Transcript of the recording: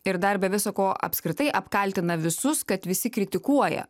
ir dar be viso ko apskritai apkaltina visus kad visi kritikuoja